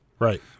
Right